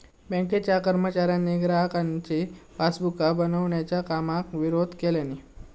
बँकेच्या कर्मचाऱ्यांनी ग्राहकांची पासबुका बनवच्या कामाक विरोध केल्यानी